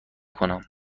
کنم